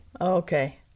Okay